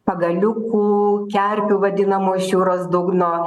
pagaliukų kerpių vadinamų iš jūros dugno